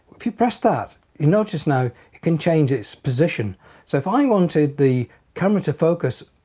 if you press that you notice now it can change its position so if i wanted the camera to focus